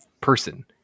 person